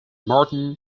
martin